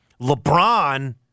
LeBron